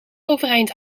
overeind